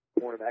Cornerback